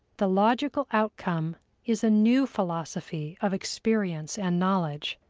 the logical outcome is a new philosophy of experience and knowledge,